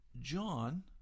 John